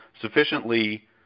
sufficiently